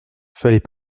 fallait